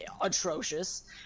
atrocious